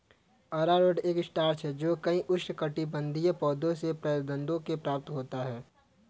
अरारोट एक स्टार्च है जो कई उष्णकटिबंधीय पौधों के प्रकंदों से प्राप्त होता है